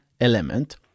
element